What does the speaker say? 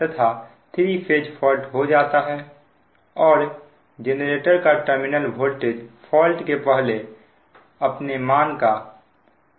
तथा 3 phase fault हो जाता है और जेनरेटर का टर्मिनल वोल्टेज फॉल्ट के पहले अपने मान का 25 है